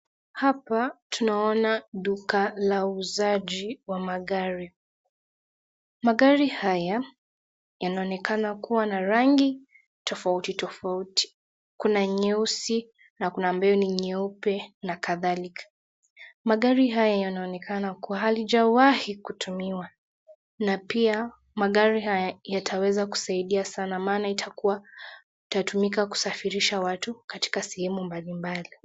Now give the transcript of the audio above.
Hapa tunaona duka la uuzaji wa magari, magari haya yanaonekana kuwa na rangi tofautitofauti, tunaona nyeusi , na kuna ambayo ni nyeupe na kadhalika, magari haya yanaonekana halijawahi kutumiwa, na pia magari haya yataweza kusaidia sana, maana itatumika kusafirisha watu katika sehemu mbalimbali.